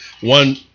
one